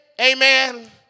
Amen